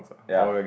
ya